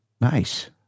Nice